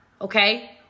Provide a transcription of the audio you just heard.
Okay